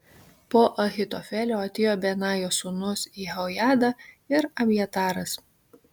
po ahitofelio atėjo benajo sūnus jehojada ir abjataras